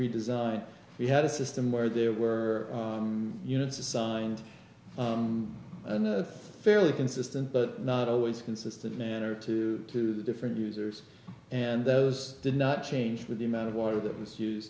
redesign we had a system where there were units assigned in a fairly consistent but not always consistent manner two to the different users and those did not change with the amount of water that was use